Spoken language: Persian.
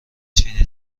چینی